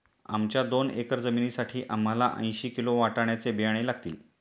आमच्या दोन एकर जमिनीसाठी आम्हाला ऐंशी किलो वाटाण्याचे बियाणे लागतील